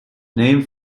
named